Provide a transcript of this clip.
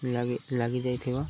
ଲାଗି ଲାଗିଯାଇଥିବ